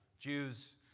Jews